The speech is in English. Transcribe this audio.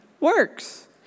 works